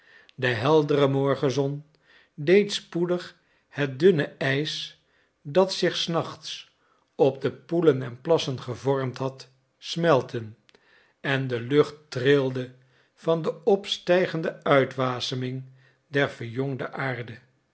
de heldere morgenzon deed spoedig het dunne ijs dat zich s nachts op de poelen en plassen gevormd had smelten en de lucht trilde van de opstijgende uitwaseming der verjongde aarde